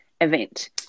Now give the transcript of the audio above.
event